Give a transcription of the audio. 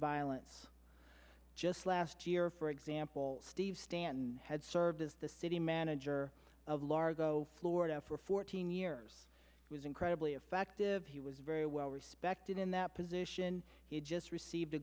violence just last year for example steve stanton had served as the city manager of largo florida for fourteen years was incredibly effective he was very well respected in that position he had just received a